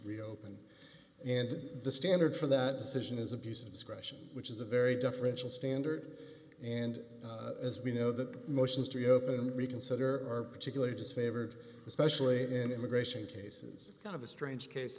reopen and the standard for that decision is abuse of discretion which is a very deferential standard and as we know the motions to reopen and reconsider your particular disfavored especially in immigration cases kind of a strange case